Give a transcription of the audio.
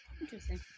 Interesting